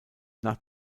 nach